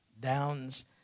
downs